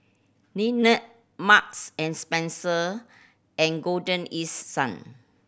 Lindt Marks and Spencer and Golden East Sun